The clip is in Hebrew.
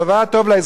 ובעיקר,